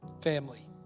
Family